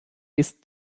ist